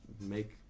make